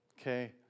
Okay